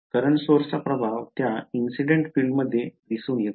current source चा प्रभाव त्या इंसिडेन्ट फील्ड मध्ये दिसून येतो